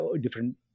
different